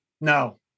No